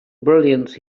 brilliance